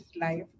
life